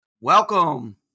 Welcome